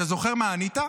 אתה זוכר מה ענית?